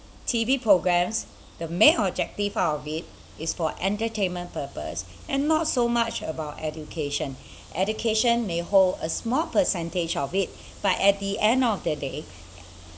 T_V programmes the main objective out of it is for entertainment purpose and not so much about education education may hold a small percentage of it but at the end of the day